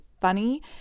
funny